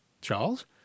Charles